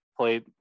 played